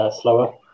slower